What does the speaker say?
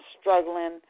struggling